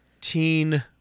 Teen